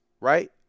right